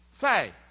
Say